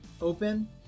open